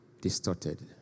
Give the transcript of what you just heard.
distorted